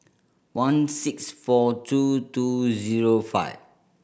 one six four two two zero five